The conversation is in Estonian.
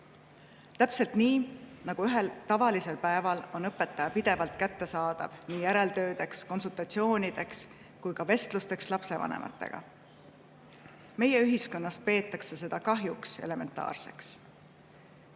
Täpselt nii nagu ühel tavalisel päeval on õpetaja pidevalt kättesaadav nii järeltöödeks, konsultatsioonideks kui ka vestlusteks lapsevanematega. Meie ühiskonnas peetakse seda kahjuks elementaarseks.